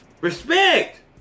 Respect